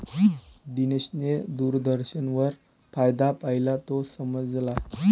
दिनेशने दूरदर्शनवर फायदा पाहिला, तो समजला